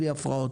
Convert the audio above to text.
בלי הפרעות.